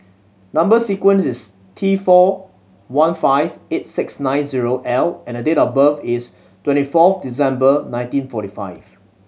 number sequence is T four one five eight six nine zero L and the date of birth is twenty fourth December nineteen forty five